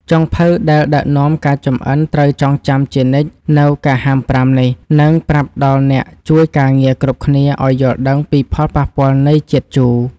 ចុងភៅដែលដឹកនាំការចម្អិនត្រូវចងចាំជានិច្ចនូវការហាមប្រាមនេះ និងប្រាប់ដល់អ្នកជួយការងារគ្រប់គ្នាឱ្យយល់ដឹងពីផលប៉ះពាល់នៃជាតិជូរ។